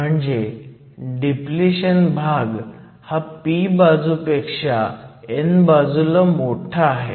म्हणजे डिप्लिशन भाग हा p बाजूपेक्षा n बाजूला मोठा आहे